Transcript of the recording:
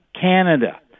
Canada